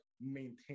maintain